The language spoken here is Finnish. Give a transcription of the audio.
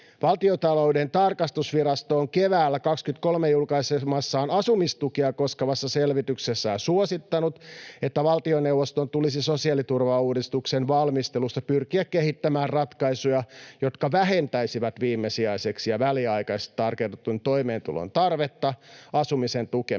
Valtiontalouden tarkastusvirasto on keväällä 23 julkaisemassaan asumistukea koskevassa selvityksessään suosittanut, että valtioneuvoston tulisi sosiaaliturvauudistuksen valmistelussa pyrkiä kehittämään ratkaisuja, jotka vähentäisivät viimesijaiseksi ja väliaikaiseksi tarkoitetun toimeentulotuen tarvetta asumisen tukemisessa,